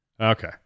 Okay